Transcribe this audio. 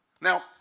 Now